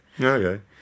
Okay